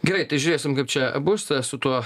gerai tai žiūrėsim kaip čia bus su tuo